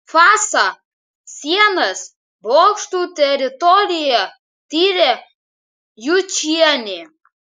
fasą sienas bokštų teritoriją tyrė jučienė